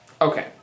Okay